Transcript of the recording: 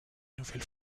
nouvelle